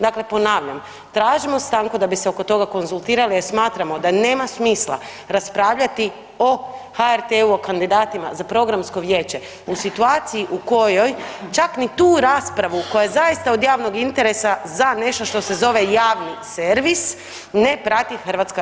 Dakle ponavljam, tražimo stanku da bismo se oko toga konzultirali jer smatramo da nema smisla raspravljati o HRT-u o kandidatima za programsko vijeće u situaciji u kojoj čak ni tu raspravu koja je zaista od javnog interesa za nešto što se zove javni servis ne prati HRT.